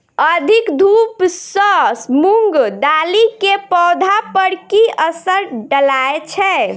अधिक धूप सँ मूंग दालि केँ पौधा पर की असर डालय छै?